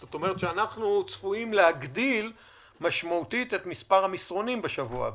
אנחנו צפויים להגדיל משמעותית את מספר המסרונים בדוח הבא.